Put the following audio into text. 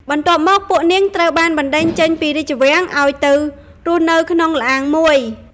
បន្ទាប់មកពួកនាងត្រូវបានបណ្តេញចេញពីរាជវាំងឲ្យទៅរស់នៅក្នុងល្អាងមួយ។